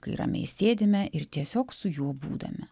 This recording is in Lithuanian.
kai ramiai sėdime ir tiesiog su juo būdami